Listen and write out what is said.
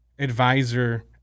Advisor